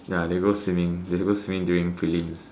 ya they go swimming they go swimming during prelims